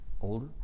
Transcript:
older